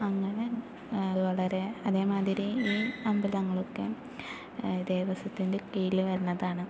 അങ്ങനെ വളരെ അതേമാതിരി ഈ അമ്പലങ്ങളൊക്കെ ദേവസ്വത്തിൻ്റെ കീഴില് വരുന്നതാണ്